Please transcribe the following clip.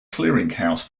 clearinghouse